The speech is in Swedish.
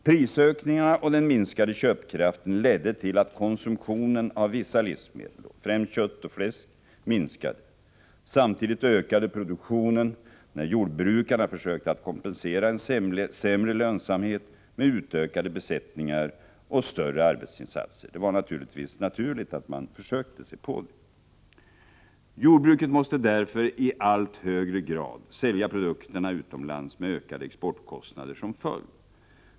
Prisökningarna och den minskade köpkraften ledde till att konsumtionen av vissa livsmedel, främst kött och fläsk, minskade. Samtidigt ökade produktionen när jordbrukarna försökte att kompensera en sämre lönsamhet med utökade besättningar och större arbetsinsatser. Det var naturligt att man försökte sig på det. Jordbruket måste därför i allt högre grad sälja produkterna utomlands med ökade exportkostnader som följd.